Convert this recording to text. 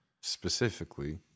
specifically